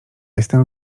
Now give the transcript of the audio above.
jestem